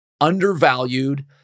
undervalued